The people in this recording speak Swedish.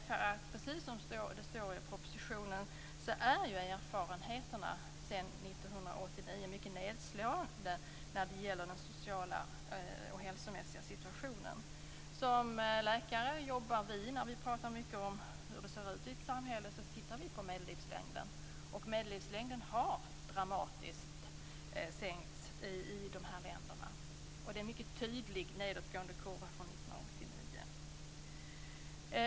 Precis som det står i propositionen är erfarenheterna sedan år 1989 mycket nedslående när de gäller den sociala och hälsomässiga situationen. Som läkare tittar vi på medellivslängden när vi talar om hur det ser ut i ett samhälle. Medellivslängden har sänkts dramatiskt i dessa länder. Det är en mycket tydligt nedåtgående kurva från 1989.